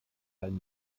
keine